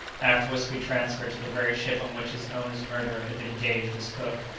afterwards to be transferred to the very ship on which his owner's murderer had been engaged as cook.